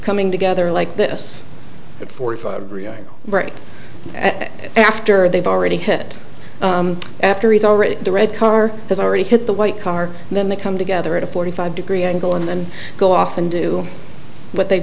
coming together like this at forty five right after they've already hit after he's already the red car has already hit the white car and then they come together at a forty five degree angle and then go off and do what they